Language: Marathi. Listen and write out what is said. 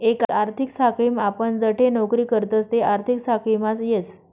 एक आर्थिक साखळीम आपण जठे नौकरी करतस ते आर्थिक साखळीमाच येस